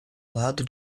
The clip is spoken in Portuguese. lado